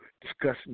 discussing